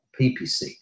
PPC